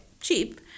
cheap